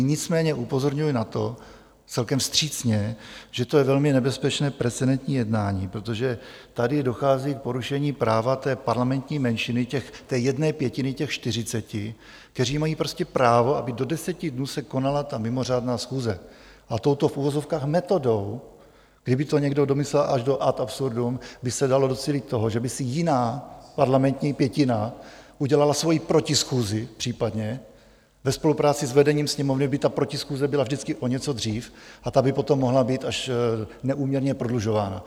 Nicméně upozorňuji na to, celkem vstřícně, že to je velmi nebezpečné precedentní jednání, protože tady dochází k porušení práva parlamentní menšiny, té jedné pětiny, těch čtyřiceti, kteří mají prostě právo, aby do deseti dnů se konala mimořádná schůze, a touto v uvozovkách metodou, kdyby to někdo domyslel až do ad absurdum, by se dalo docílit toho, že by si jiná parlamentní pětina udělala svoji protischůzi, případně ve spolupráci s vedením Sněmovny by ta protischůze byla vždycky o něco dřív a ta by potom mohla být až neúměrně prodlužována.